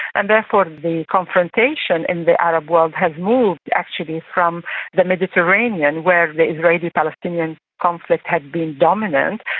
um therefore the confrontation in the arab world has moved actually from the mediterranean, where the israeli-palestinian conflict had been dominant,